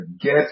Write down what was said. get